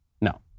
no